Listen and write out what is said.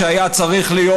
שהיה צריך להיות,